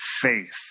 faith